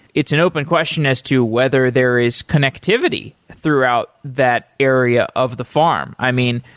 it's an open question as to whether there is connectivity throughout that area of the farm. i mean,